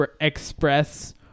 express